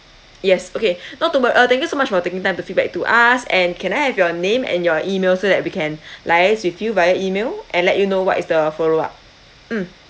yes okay not to uh thank you so much for taking time to feedback to us and can I have your name and your email so that we can liaise with you via email and let you know what is the follow up mm